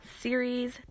series